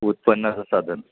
उत्पन्नाचं साधन